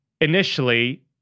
initially